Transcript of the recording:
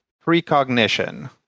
precognition